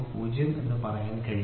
0 എന്ന് പറയാൻ കഴിയും